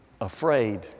afraid